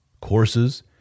courses